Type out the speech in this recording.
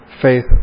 faith